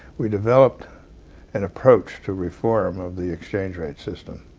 we developed an approach to reform of the exchange rate system.